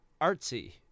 artsy